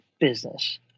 business